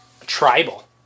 tribal